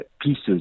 pieces